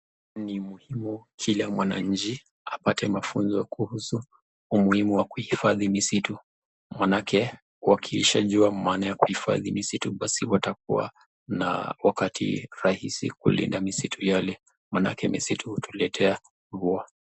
Ni muhimu kila mwananchi apate mafunzo kuhusu umuhimu wa kuhifadhi misitu. Maanake wakishajua maana ya kuhifadhi misitu, basi watakuwa na wakati rahisi kulinda misitu yale. Maanake misitu hutuletea mvua.